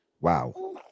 Wow